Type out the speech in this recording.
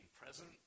present